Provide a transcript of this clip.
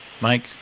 Mike